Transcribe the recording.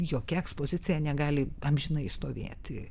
jokia ekspozicija negali amžinai stovėti